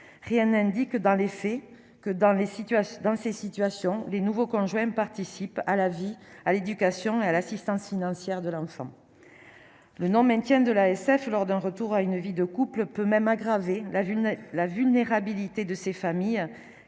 les situations dans ces situations, les nouveaux conjoints participent à la vie à l'éducation et à l'assistance financière de l'enfant le nom: maintien de l'ASF lors d'un retour à une vie de couple peut même aggraver la Vullnet la vulnérabilité de ces familles